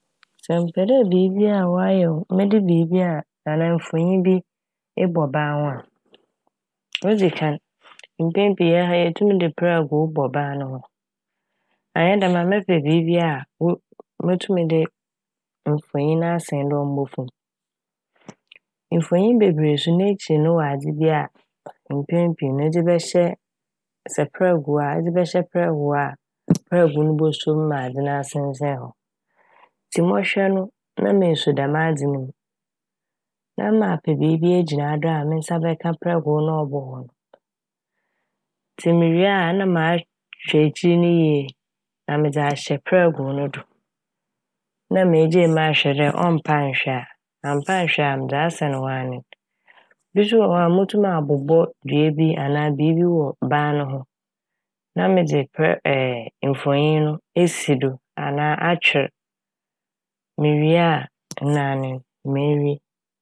Sɛ mepɛ dɛ biibi a ɔayɛ wɔ -mede biibi a anaa mfonyin bi ebɔ baa ho a. Odzi kan, mpɛn pii hɛn ara yetum dze prɛgow bɔ ban no ho. Annyɛ dɛm a mɛpɛ biibi a wo- motum de mfonyin na asɛn do a ɔmmbɔ famu. Mfonyin bebree so n'ekyir no wɔ adze bi a mpɛn pii no edze bɛhyɛ sɛ prɛgow a, edze bɛhyɛ prɛgow a, prɛgow no bosuo mu ma a adze no asensɛɛn hɔ. Ntsi mɔhwɛ no ma mesuo dɛm adze ne m' na mapɛ biibi egyina do a me nsa bɛka prɛgow a ɔbɔ hɔ no. Ntsi mewie a na ma- mahwɛ ekyir ne yie na medze ahyɛ prɛgow no do na megyae mu ahwɛ dɛ ɔmmpa nhwe a, ɔammpa annhwe a medze asan hɔ a nye n'. Bi so wɔ hɔ a motum abobɔ dua bi anaa biibi wɔ ban no ho na medze prɛ- mfonyin no esi do anaa atwer mewie a ɛna anye n' mewie.